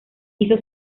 hizo